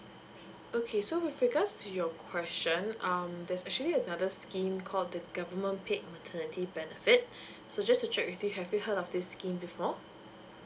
okay so with regards to your question um there's actually another scheme call the government paid maternity benefit so just to check with you have you heard of this scheme before